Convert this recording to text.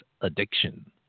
addiction